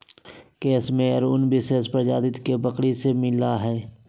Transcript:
case मेयर उन विशेष प्रजाति के बकरी से मिला हई